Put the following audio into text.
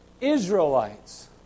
Israelites